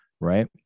right